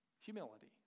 humility